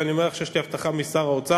ואני אומר לך שיש לי הבטחה משר האוצר,